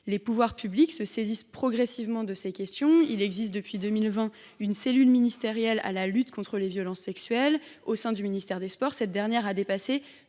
Les pouvoirs publics se saisissent progressivement de ces questions. Depuis 2020 existe une cellule consacrée à la lutte contre les violences sexuelles au sein du ministère des sports. Celle ci a déjà